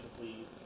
please